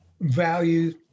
value